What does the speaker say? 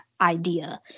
idea